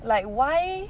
like why